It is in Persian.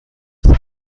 سعی